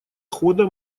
хода